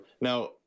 Now